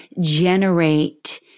generate